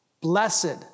Blessed